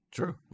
True